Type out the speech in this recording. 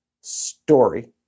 story